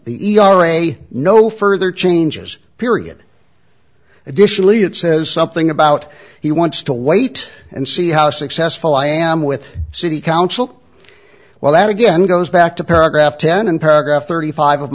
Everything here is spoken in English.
the e r a no further changes period additionally it says something about he wants to wait and see how successful i am with city council well that again goes back to paragraph ten and paragraph thirty five of